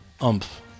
umph